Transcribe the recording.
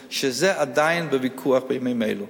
רופאים, וזה עדיין בוויכוח בימים אלו.